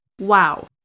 Wow